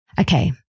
Okay